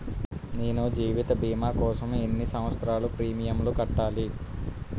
నేను జీవిత భీమా కోసం ఎన్ని సంవత్సారాలు ప్రీమియంలు కట్టాలి?